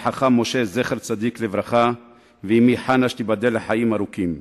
הרב חכם משה זצ"ל ואמי חנה, שתיבדל לחיים ארוכים.